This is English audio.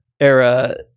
era